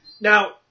Now